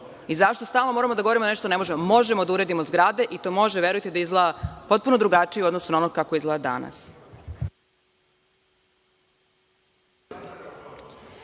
Zašto stalno moramo da govorimo da nešto ne možemo? Možemo da uradimo zgrade, i to može, verujte, da izgleda potpuno drugačije u odnosu na ono kako izgleda danas.